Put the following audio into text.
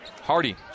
Hardy